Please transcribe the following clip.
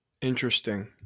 Interesting